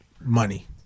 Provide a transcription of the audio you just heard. money